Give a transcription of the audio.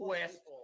West